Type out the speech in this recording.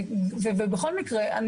וכרגע?